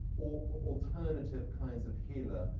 alternative kinds of healer,